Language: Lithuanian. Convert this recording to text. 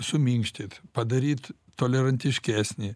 suminkštyt padaryt tolerantiškesnį